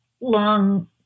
long